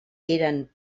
eren